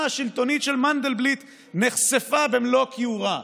השלטונית של מנדלבליט נחשפה במלוא כיעורה.